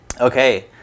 Okay